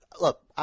look